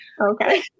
Okay